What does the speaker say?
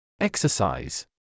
Exercise